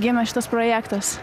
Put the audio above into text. gimė šitas projektas